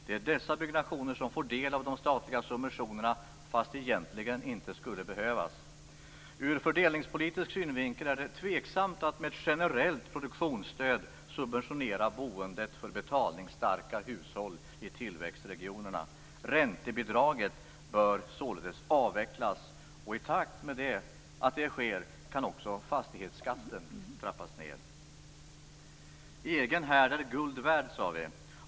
Det är dessa byggnationer som får del av de statliga subventionerna fast det egentligen inte skulle behövas. Ur fördelningspolitisk synvinkel är det tveksamt att med ett generellt produktionsstöd subventionera boendet för betalningsstarka hushåll i tillväxtregionerna. Räntebidraget bör således avvecklas, och i takt med att det sker kan också fastighetsskatten trappas ned. Egen härd är guld värd, sade vi.